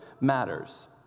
matters